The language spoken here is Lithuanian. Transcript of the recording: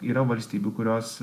yra valstybių kurios